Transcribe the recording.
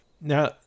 Now